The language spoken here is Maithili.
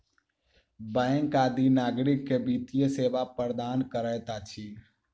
बैंक आदि नागरिक के वित्तीय सेवा प्रदान करैत अछि